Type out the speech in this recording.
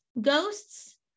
ghosts